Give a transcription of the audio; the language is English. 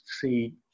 see